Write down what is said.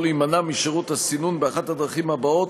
להימנע משירות הסינון באחת הדרכים הבאות,